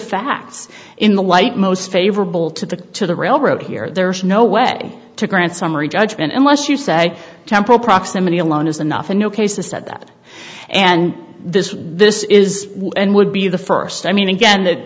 facts in the light most favorable to the to the railroad here there's no way to grant summary judgment unless you say temporal proximity alone is enough in no case has said that and this this is and would be the first i mean again that